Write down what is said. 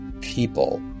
people